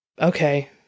okay